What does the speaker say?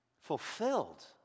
Fulfilled